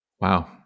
Wow